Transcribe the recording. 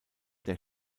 der